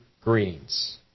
greetings